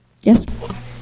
Yes